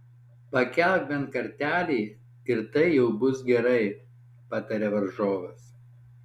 pakelk bent kartelį ir tai jau bus gerai pataria varžovas